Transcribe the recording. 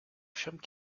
affirment